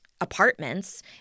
apartments